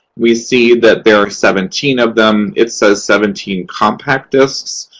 we see that there are seventeen of them. it says seventeen compact discs,